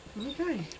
Okay